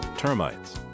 Termites